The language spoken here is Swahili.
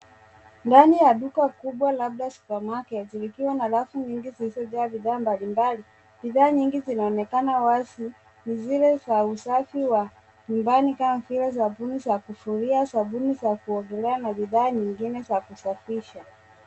Ndani ya duka kubwa labda supermarket likiwa na rafu nyingi zilizojaa bidhaa mbalimbali. Bidhaa nyingi zinaonekana wazi. Ni zile za usafi wa nyumbani kama vile sabuni za kufulia, sabuni za kuogelea na bidhaa zingine za kusafisha.